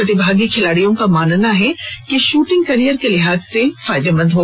प्रतिभागी खिलाड़ियों का मानना है कि शूटिंग कॅरियर के लिहाज से फायर्दमंद है